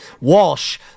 Walsh